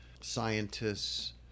Scientists